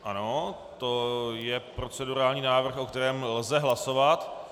Ano, to je procedurální návrh, o kterém lze hlasovat.